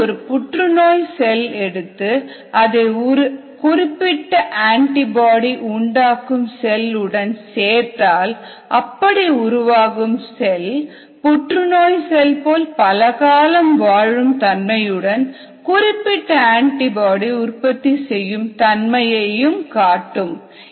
இதில் ஒரு புற்றுநோய் செல் எடுத்து அதை ஒரு குறிப்பிட்ட ஆன்டிபாடி உண்டாக்கும் செல் உடன் சேர்த்தால் அப்படி உருவாகும்செல் புற்றுநோய் செல் போல பல காலம் வாழும் தன்மையுடன் குறிப்பிட்ட ஆன்டிபாடி உற்பத்தி செய்யும் தன்மையும் காட்டும்